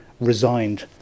resigned